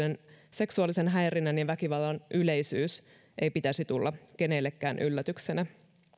seksuaalisen häirinnän ja väkivallan yleisyyden ei pitäisi tulla kenellekään yllätyksenä